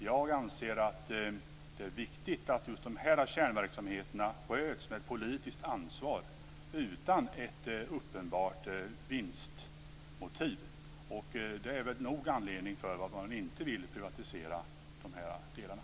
Jag anser att det är viktigt att dessa kärnverksamheter sköts med ett politiskt ansvar, utan uppenbart vinstmotiv. Det är nog anledning för att inte vilja privatisera de delarna.